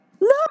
No